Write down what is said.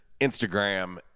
Instagram